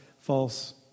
false